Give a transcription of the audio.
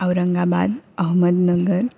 Aurangabad Ahmednagar